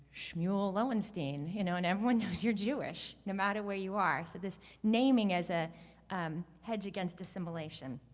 smule loenstein. you know, and everyone knows you're jewish, no matter where you are. so this naming as a hedge against dissimilation.